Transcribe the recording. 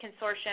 Consortium